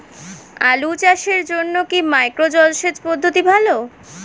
আলু চাষের জন্য কি মাইক্রো জলসেচ পদ্ধতি ভালো?